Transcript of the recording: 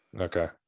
okay